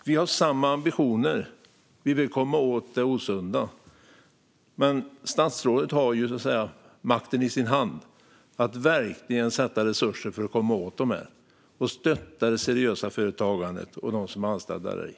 Vi har samma ambitioner, nämligen att komma åt det osunda, men statsrådet har makten i sin hand att verkligen sätta till resurser för att komma åt denna verksamhet och stötta det seriösa företagandet och dem som är anställda där.